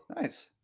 nice